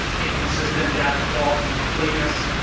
inconsistent data quality and completeness,